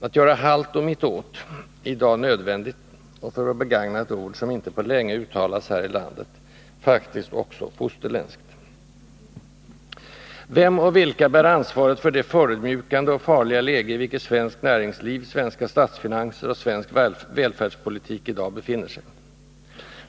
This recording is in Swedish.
Att göra halt och mittåt är i dag nödvändigt och — för att begagna ett ord som inte på länge uttalats här i landet — faktiskt också fosterländskt. Vem och vilka bär ansvaret för det förödmjukande och farliga läge, i vilket svenskt näringsliv, svenska statsfinanser och svensk välfärdspolitik i dag befinner sig?